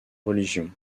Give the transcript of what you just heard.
religion